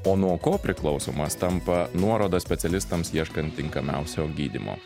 o nuo ko priklausomas tampa nuoroda specialistams ieškant tinkamiausio gydymo